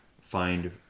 find